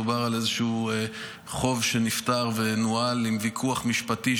מדובר על איזשהו חוב שנפתר ונוהל תוך ויכוח משפטי,